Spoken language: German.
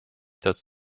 das